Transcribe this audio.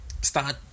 start